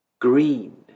Green